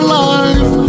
life